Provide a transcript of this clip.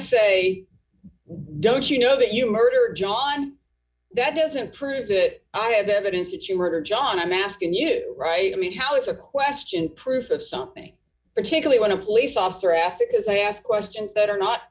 why don't you know that you murder john that doesn't prove that i have evidence that you are john i'm asking you right i mean how is a question proof of something particularly when a police officer asked because i ask questions that are not